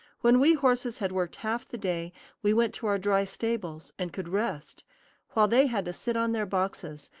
when we horses had worked half the day we went to our dry stables, and could rest while they had to sit on their boxes,